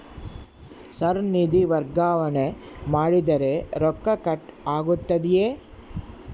Sir ನಿಧಿ ವರ್ಗಾವಣೆ ಮಾಡಿದರೆ ರೊಕ್ಕ ಕಟ್ ಆಗುತ್ತದೆಯೆ?